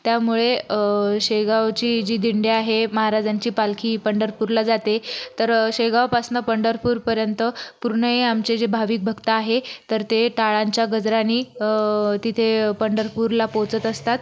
त्यामुळे शेगावची जी दिंड्या आहे महाराजांची पालखी पंढरपूरला जाते तर शेगावपासनं पंढरपूरपर्यंत पूर्ण हे आमचे जे भाविक भक्त आहे तर ते टाळांच्या गजरानी तिथे पंढरपूरला पोचत असतात